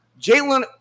Jalen